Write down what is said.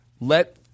let